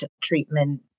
treatment